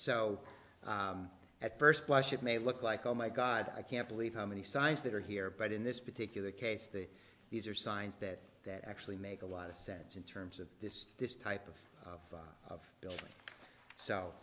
so at first blush it may look like oh my god i can't believe how many signs that are here but in this particular case the these are signs that that actually make a lot of sense in terms of this this type of fun of buil